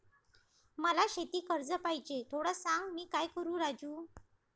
मला शेती कर्ज पाहिजे, थोडं सांग, मी काय करू राजू?